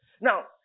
Now